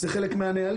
זה חלק מהנהלים.